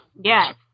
yes